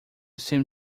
seem